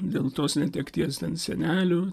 dėl tos netekties ten senelių